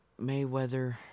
Mayweather